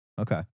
Okay